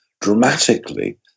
dramatically